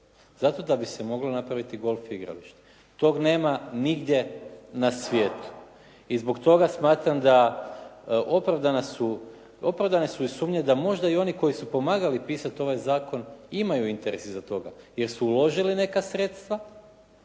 zato da bi se moglo napraviti golf igralište. Tog nema nigdje na svijetu. I zbog toga smatram da opravdane su i sumnje da možda i oni koji su pomagali pisati ovaj zakon imaju interes iza toga, jer su uložili neka sredstva